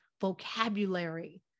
vocabulary